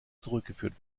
zurückgeführt